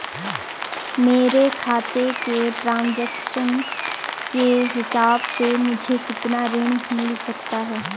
मेरे खाते के ट्रान्ज़ैक्शन के हिसाब से मुझे कितना ऋण मिल सकता है?